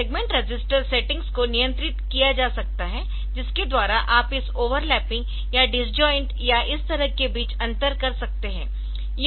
segment register settings को नियंत्रित किया जा सकता है जिसके द्वारा आप इस ओवरलैपिंग या डिसजोइन्ट या इस तरह के बीच अंतर कर सकते है